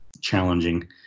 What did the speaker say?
challenging